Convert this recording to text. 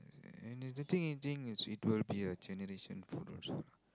and the thing I think is it will be a generation food also lah